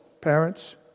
parents